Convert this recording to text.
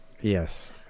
Yes